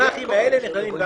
איך לכתוב שהגמ"חים האלה נכללים.